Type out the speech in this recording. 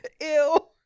Ew